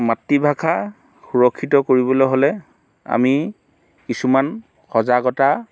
মাতৃভাষা সুৰক্ষিত কৰিবলৈ হ'লে আমি কিছুমান সজাগতা